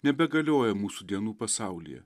nebegalioja mūsų dienų pasaulyje